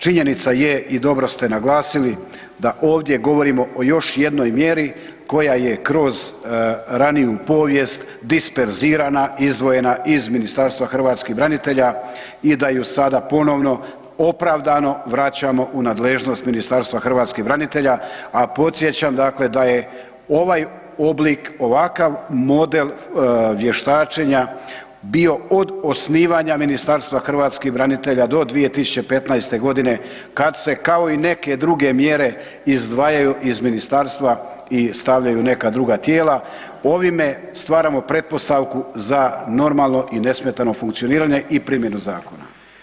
Činjenica je i dobro ste naglasili da ovdje govorimo o još jednoj mjeri koja je kroz raniju povijest disperzirana i izdvojena iz Ministarstva hrvatskih branitelja i da ju sada ponovno opravdano vraćamo u nadležnost Ministarstva hrvatskih branitelja, a podsjećam dakle da je ovaj oblik, ovakav model vještačenja bio od osnivanja Ministarstva hrvatskih branitelja do 2015.g. kad se kao i neke druge mjere izdvajaju iz ministarstva i stavljaju u neka druga tijela, ovime stvaramo pretpostavku za normalno i nesmetano funkcioniranje i primjenu zakona.